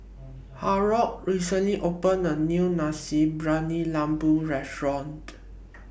Harold recently opened A New Nasi Briyani Lembu Restaurant